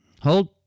Hold